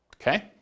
Okay